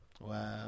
Wow